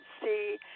see